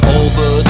over